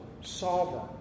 sovereign